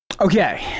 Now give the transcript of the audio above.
Okay